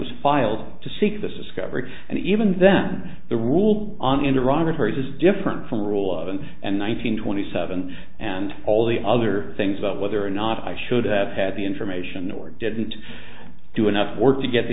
was filed to seek this is covered and even then the rule on iran or hers is different from rule of and and one hundred twenty seven and all the other things about whether or not i should have had the information or didn't do enough work to get the